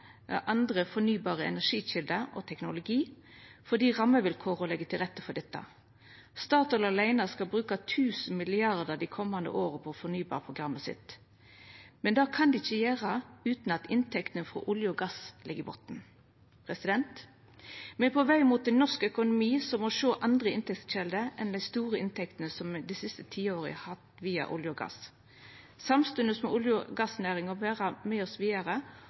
andre fornybare energikjelder og teknologiar fordi rammevilkåra legg til rette for dette. Statoil åleine skal bruka 1 000 mrd. kr dei komande åra på fornybarprogrammet sitt, men det kan dei ikkje gjera utan at inntektene frå olje og gass ligg i botnen. Me er på veg mot ein norsk økonomi som må sjå andre inntektskjelder enn dei store inntektene som me dei siste tiåra har hatt via olje og gass. Samstundes må olje- og gassnæringa vera med oss vidare,